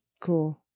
Cool